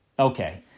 Okay